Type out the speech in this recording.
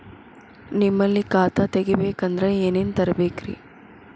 ನಿಮ್ಮಲ್ಲಿ ಖಾತಾ ತೆಗಿಬೇಕಂದ್ರ ಏನೇನ ತರಬೇಕ್ರಿ?